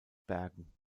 bergen